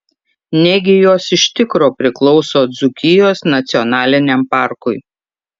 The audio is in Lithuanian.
negi jos iš tikro priklauso dzūkijos nacionaliniam parkui